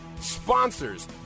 sponsors